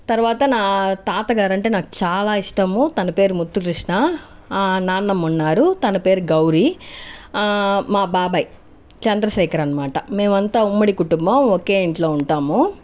తర్వాత నా తాత గారు అంటే నాకు చాలా ఇష్టము తన పేరు ముత్తు కృష్ణ నాన్నమ్మ ఉన్నారు తన పేరు గౌరీ మా బాబాయ్ చంద్రశేఖర్ అన్నమాట మేము అంతా ఉమ్మడి కుటుంబం ఒకే ఇంట్లో ఉంటాము